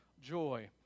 joy